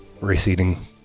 receding